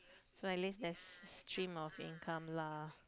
so at least there's stream of income lah